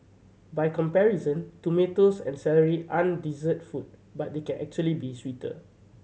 by comparison tomatoes and celery aren't dessert food but they can actually be sweeter